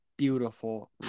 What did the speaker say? Beautiful